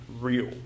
real